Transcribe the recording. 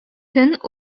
төн